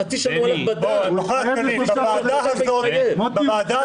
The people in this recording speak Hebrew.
חצי שנה הוא --- בוועדה הזאת מכון